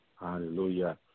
Hallelujah